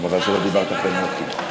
יש לך מזל שלא דיברת אחרי מוטי.